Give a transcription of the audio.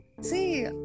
See